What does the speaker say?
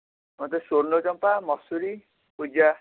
ମୋତେ ସ୍ୱର୍ଣ୍ଣଚମ୍ପା ମଶୁରି ପୂଜା